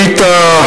היית,